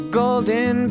golden